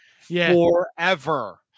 forever